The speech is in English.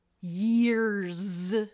years